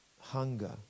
hunger